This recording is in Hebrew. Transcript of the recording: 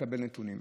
לקבל נתונים.